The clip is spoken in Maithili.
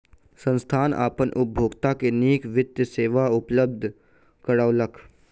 संस्थान अपन उपभोगता के नीक वित्तीय सेवा उपलब्ध करौलक